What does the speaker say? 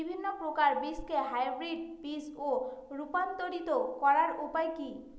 বিভিন্ন প্রকার বীজকে হাইব্রিড বীজ এ রূপান্তরিত করার উপায় কি?